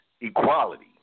equality